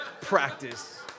practice